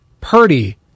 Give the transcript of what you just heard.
Purdy